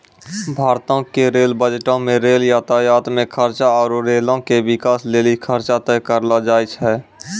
भारतो के रेल बजटो मे रेल यातायात मे खर्चा आरु रेलो के बिकास लेली खर्चा तय करलो जाय छै